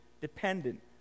dependent